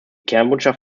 kernbotschaft